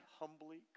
humbly